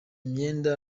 myenda